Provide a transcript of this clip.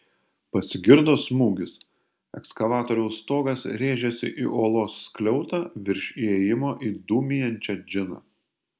pasigirdo smūgis ekskavatoriaus stogas rėžėsi į olos skliautą virš įėjimo į dūmijančią džiną